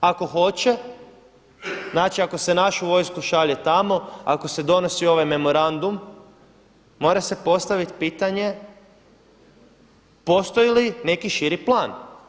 Ako hoće, znači ako se našu vojsku šalje tamo, ako se donosi ovaj memorandum mora se postavit pitanje postoji li neki širi plan?